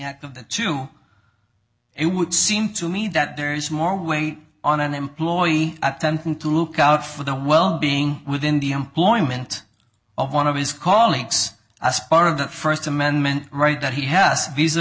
act of the two it would seem to me that there is more weight on an employee at ten thousand to look out for the well being within the employment of one of his colleagues as part of the first amendment right that he had us visa